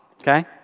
okay